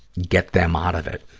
get them out of it.